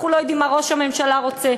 אנחנו לא יודעים מה ראש הממשלה רוצה.